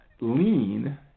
lean